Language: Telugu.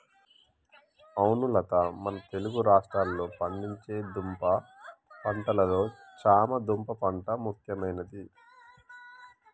అవును లత మన తెలుగు రాష్ట్రాల్లో పండించే దుంప పంటలలో చామ దుంప పంట ముఖ్యమైనది